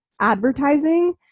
advertising